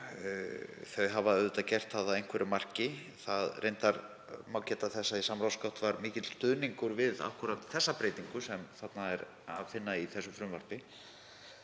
þau hafa auðvitað gert það að einhverju marki. Reyndar má geta þess að í samráðsgátt var mikill stuðningur við akkúrat þá breytingu sem er að finna í þessu frumvarpi.